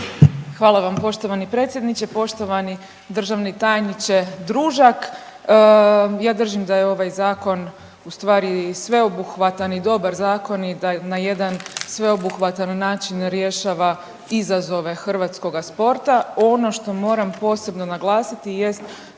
Hvala vam poštovani predsjedniče, poštovani državni tajniče Družak. Ja držim da je ovaj zakon u stvari sveobuhvatan i dobar zakon i da na jedan sveobuhvatan način rješava izazove hrvatskoga sporta. Ono što moram posebno naglasiti jest